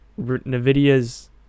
NVIDIA's